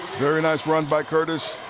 very nice run by curtis.